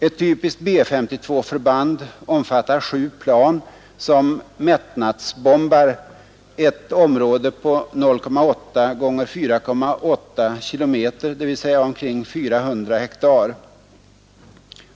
Ett typiskt B-52-förband omfattar sju plan, som ”mättnadsbombar” ett område på 0,8 x 4,8 km, dvs. omkring 400 hektar.